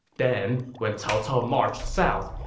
then, when cao cao marched south,